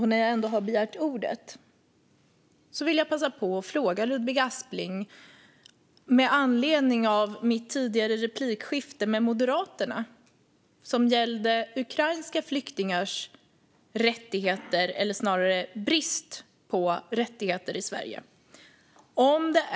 När jag ändå har begärt ordet vill jag passa på och ställa en fråga till Ludvig Aspling med anledning av mitt tidigare replikskifte med Moderaternas ledamot som gällde ukrainska flyktingars rättigheter eller snarare brist på rättigheter i Sverige.